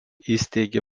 įsteigė